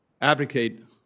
advocate